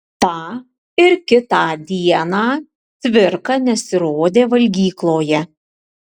tą ir kitą dieną cvirka nesirodė valgykloje